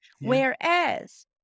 Whereas